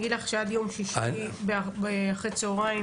אגיד לך שעד יום שישי אחרי צוהריים